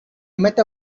met